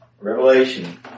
Revelation